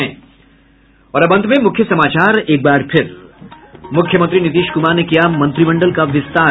और अब अंत में मुख्य समाचार एक बार फिर मूख्यमंत्री नीतीश कुमार ने किया मंत्रिमंडल का विस्तार